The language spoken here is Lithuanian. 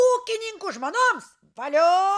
ūkininkų žmonoms valio